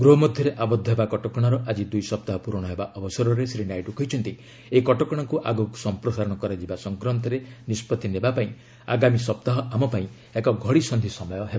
ଗୃହ ମଧ୍ୟରେ ଆବଦ୍ଧ ହେବା କଟକଣାର ଆଜି ଦୁଇ ସପ୍ତାହ ପୂରଣ ହେବା ଅବସରରେ ଶ୍ରୀ ନାଇଡୁ କହିଛନ୍ତି ଏହି କଟକଣାକୁ ଆଗକୁ ସମ୍ପ୍ରସାରଣ କରାଯିବା ସଂକ୍ରାନ୍ତରେ ନିଷ୍କଭି ନେବା ପାଇଁ ଆଗାମୀ ସପ୍ତାହ ଆମ ପାଇଁ ଏକ ଘଡ଼ିସନ୍ଧି ସମୟ ହେବ